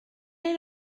est